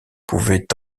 pouvaient